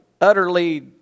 utterly